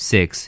Six